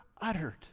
uttered